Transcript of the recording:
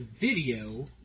video